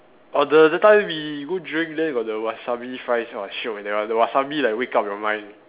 oh the that time we go drink then got the wasabi fries !wah! shiok eh that one the wasabi like wake up your mind